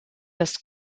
des